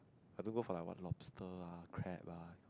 I don't go for like what lobster ah crab ah